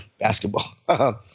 basketball